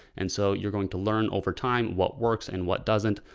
and so you're going to learn over time what works and what doesn't.